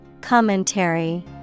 Commentary